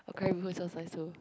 curry-mee sounds nice too